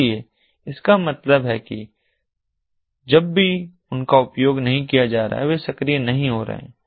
इसलिए इसका मतलब है कि जब भी उनका उपयोग नहीं किया जा रहा है वे सक्रिय नहीं हो रहे हैं